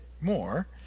more